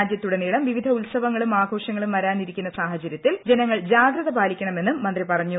രാജ്യത്തുടനീളം വിവിധ ഉത്സവങ്ങളും ആഘോഷങ്ങളും വരാനിരിക്കുന്ന സാഹചര്യത്തിൽ ജനങ്ങൾ ജാഗ്രത പാലിക്കണമെന്നും മന്ത്രി പറഞ്ഞു